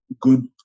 good